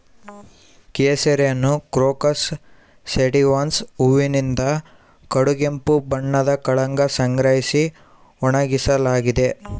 ಕೇಸರಿಯನ್ನುಕ್ರೋಕಸ್ ಸ್ಯಾಟಿವಸ್ನ ಹೂವಿನಿಂದ ಕಡುಗೆಂಪು ಬಣ್ಣದ ಕಳಂಕ ಸಂಗ್ರಹಿಸಿ ಒಣಗಿಸಲಾಗಿದೆ